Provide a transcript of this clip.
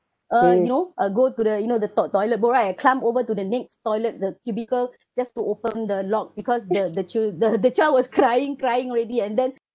uh you know uh go to the you know the to~ toilet bowl right climb over to the next toilet the cubicle just to open the lock because the the chil~ the the child was crying crying already and then